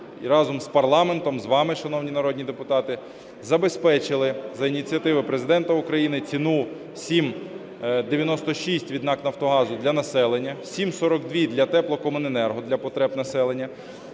разом з парламентом, з вами, шановні народні депутати, забезпечили за ініціативи Президента України, ціну 7,96 від НАК "Нафтогазу" для населення, 7,42 для теплокомуненерго, для потреб населення.